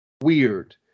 weird